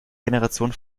generation